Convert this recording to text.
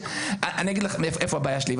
אני אגיד לך איפה הבעיה שלי,